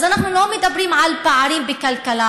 אז אנחנו לא מדברים על פערים בכלכלה,